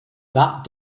that